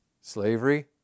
slavery